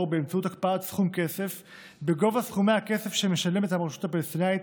באמצעות הקפאת סכום כסף בגובה סכומי הכסף שמשלמת הרשות הפלסטינית